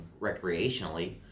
recreationally